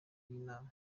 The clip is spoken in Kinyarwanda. y’imana